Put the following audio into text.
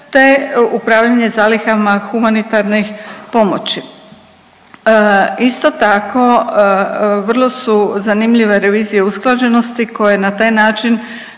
te upravljanje zalihama humanitarnih pomoći. Isto tako, vrlo su zanimljive revizije usklađenosti koje na taj način